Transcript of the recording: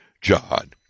John